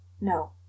No